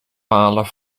palen